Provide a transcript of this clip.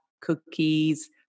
cookies